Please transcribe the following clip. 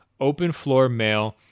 openfloormail